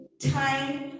time